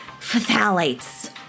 phthalates